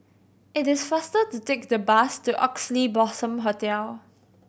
it is faster to take the bus to Oxley Blossom Hotel